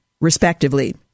respectively